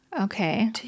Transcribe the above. Okay